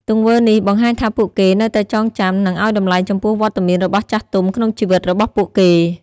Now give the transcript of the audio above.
ទង្វើនេះបង្ហាញថាពួកគេនៅតែចងចាំ និងឲ្យតម្លៃចំពោះវត្តមានរបស់ចាស់ទុំក្នុងជីវិតរបស់ពួកគេ។